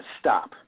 stop